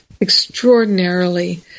extraordinarily